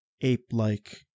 ape-like